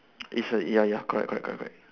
it's a ya ya correct correct correct correct